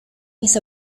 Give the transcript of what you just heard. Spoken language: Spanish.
mis